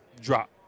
drop